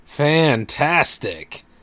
Fantastic